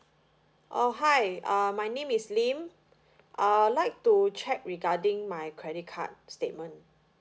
oh hi uh my name is lim uh I'd like to check regarding my credit card statement